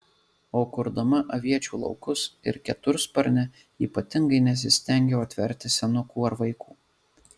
o kurdama aviečių laukus ir ketursparnę ypatingai nesistengiau atverti senukų ar vaikų